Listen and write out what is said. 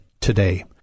today